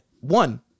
One